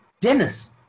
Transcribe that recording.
Dennis